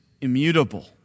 immutable